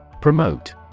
Promote